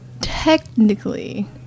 Technically